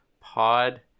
pod